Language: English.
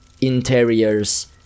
interiors